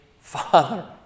Father